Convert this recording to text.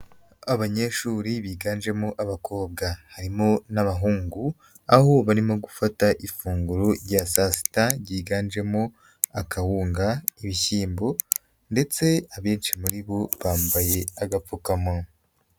Abanyeshuri biganjemo abakobwa harimo n'abahungu, aho barimo gufata ifunguro rya saa sita ryiganjemo akawunga, ibishyimbo, ndetse abenshi muri bo bambaye agapfukamunwa.